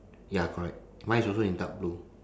ya correct mine is also in dark blue